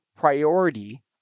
priority